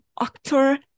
actor